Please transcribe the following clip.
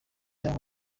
y’aho